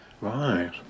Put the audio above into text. Right